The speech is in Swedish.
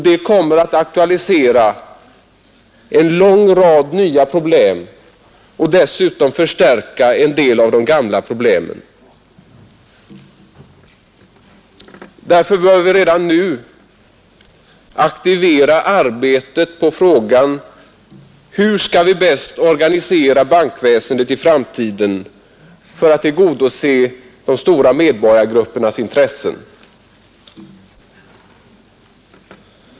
Det kommer att aktualisera en lång rad nya problem och dessutom förstärka en del av de gamla problemen. Därför bör vi redan nu aktivera arbetet på frågan om hur vi bäst skall organisera bankväsendet i framtiden för att tillgodose de stora medborgargruppernas intressen.